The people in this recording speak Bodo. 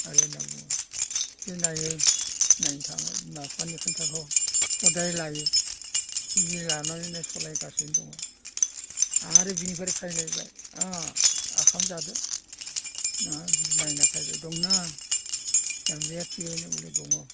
आरै होनना बुङो जे नायहै नायनो थांङो बिमा बिफानि खोथाखौ हदाय लायो बिदि लानानैनो सालायगासिनो दङ आरो बेनिफ्राय फैलायबाय अ ओंखाम जादो नोंहा जुदि नायना फैबाय दंना दामब्रिया थिगैनो बले दङ